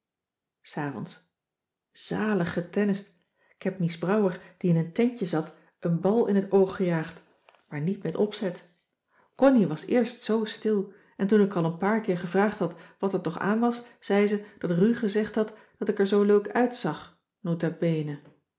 s avonds zalig getennist k heb mies brouwer die in een tentje zat een bal in t oog gejaagd maar niet met cissy van marxveldt de h b s tijd van joop ter heul opzet connie was eerst zoo stil en toen ik al een paar keer gevraagd had wat er toch aan was zei ze dat ru gezegd had dat ik er zoo leuk uitzag nota bene